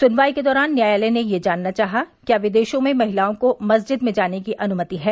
सुनवाई के दौरान न्यायालय ने यह जानना चाहा कि क्या विदेशों में महिलाओं को मस्जिद में जाने की अनुमति है